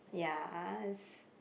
ya